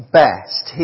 best